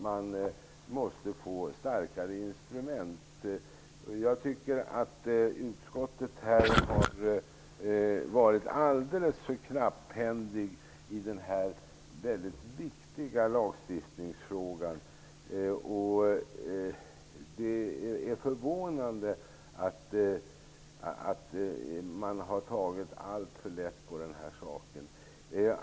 Jag menar att utskottet har varit alldeles för knapphändigt i den här väldigt viktiga lagstiftningsfrågan. Det är förvånande att man har tagit så lätt på den här saken.